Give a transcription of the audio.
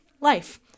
life